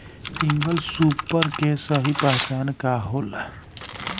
Single super के सही पहचान का होला?